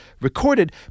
recorded